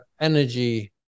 energy